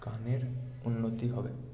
গানের উন্নতি হবে